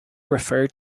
referred